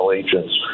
agents